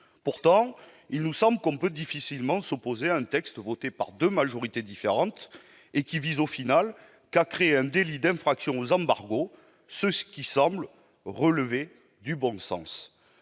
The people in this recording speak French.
Pourtant, il nous semble qu'on peut difficilement s'opposer à un texte voté par deux majorités différentes et visant seulement à créer un délit d'infraction aux embargos, ce qui semble relever du bon sens.